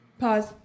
Pause